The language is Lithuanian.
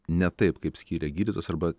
ne taip kaip skyrė gydytos arba